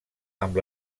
amb